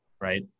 Right